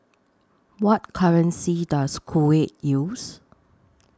What currency Does Kuwait use